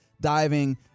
diving